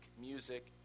music